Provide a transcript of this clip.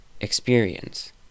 experience